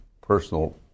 personal